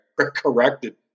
corrected